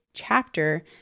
chapter